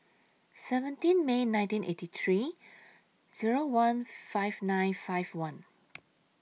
seventeen May nineteen eighty three Zero one five nine five one